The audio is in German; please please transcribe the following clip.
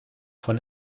von